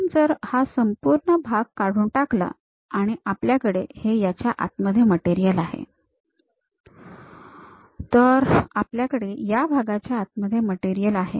आपण जर हा संपूर्ण भाग काढून टाकला आणि आपल्याकडे हे याच्या आतमध्ये मटेरियल आहे तर आपल्याकडे या भागाच्या आतमध्ये मटेरियल आहे